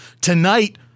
tonight